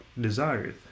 desireth